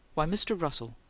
why, mr. russell!